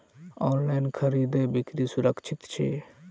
online खरीदै बिक्री सुरक्षित छी